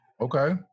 Okay